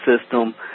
system